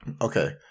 Okay